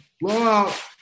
Blowout